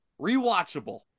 Rewatchable